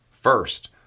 First